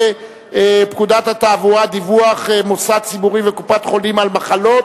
פקודת התעבורה (דיווח מוסד ציבורי וקופת-חולים על מחלות).